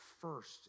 first